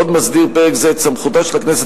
עוד מסדיר פרק זה את סמכותה של הכנסת